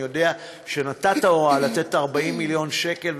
אני יודע שנתת הוראה לתת את ה-40 מיליון שקל,